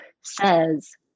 says